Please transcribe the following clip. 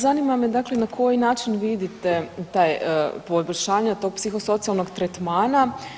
Zanima me dakle na koji način vidite taj, poboljšanja tog psihosocijalnog tretmana.